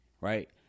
Right